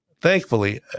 thankfully